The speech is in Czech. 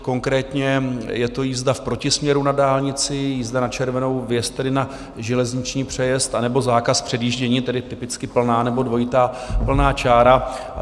Konkrétně je to jízda v protisměru na dálnici, jízda na červenou, vjezd na železniční přejezd anebo zákaz předjíždění, tedy typicky plná nebo dvojitá plná čára.